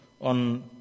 on